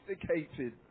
sophisticated